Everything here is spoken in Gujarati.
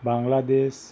બાંગ્લાદેશ